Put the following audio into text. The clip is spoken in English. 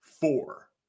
four